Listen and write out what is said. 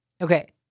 Okay